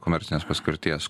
komercinės paskirties